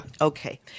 Okay